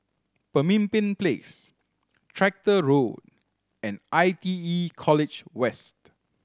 Pemimpin Place Tractor Road and I T E College West